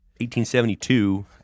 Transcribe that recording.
1872